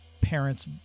parents